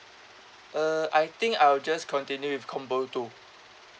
uh I think I will just continue with combo two